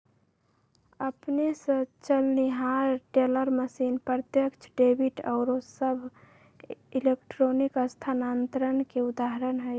अपने स चलनिहार टेलर मशीन, प्रत्यक्ष डेबिट आउरो सभ इलेक्ट्रॉनिक स्थानान्तरण के उदाहरण हइ